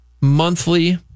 monthly